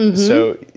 and so,